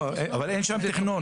לא, אבל אין שם תכנון.